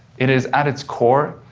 it is, at its core,